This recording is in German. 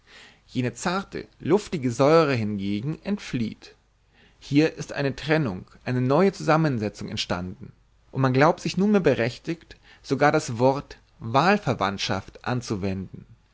jene zarte luftige säure hingegen entflieht hier ist eine trennung eine neue zusammensetzung entstanden und man glaubt sich nunmehr berechtigt sogar das wort wahlverwandtschaft anzuwenden